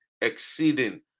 exceeding